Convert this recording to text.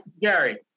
Gary